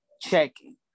checking